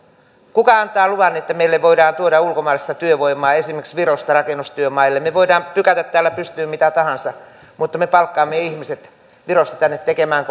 kuka antaa luvan että meille voidaan tuoda ulkomaalaista työvoimaa esimerkiksi virosta rakennustyömaille me voimme pykätä täällä pystyyn mitä tahansa mutta me palkkamme ihmiset virosta tänne tekemään